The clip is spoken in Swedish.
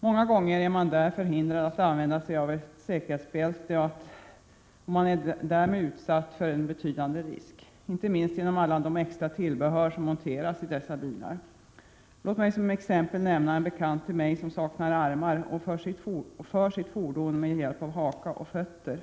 Handikappade är många gånger förhindrade att använda sig av säkerhetsbälte och är därmed utsatta för en betydande risk, inte minst genom alla de extra tillbehör som monteras i dessa bilar. Låt mig som exempel nämna en bekant till mig som saknar armar och för sitt fordon med hjälp av haka och fötter.